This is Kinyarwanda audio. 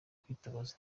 kwitabaza